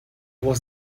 was